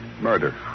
Murder